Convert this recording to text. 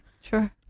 Sure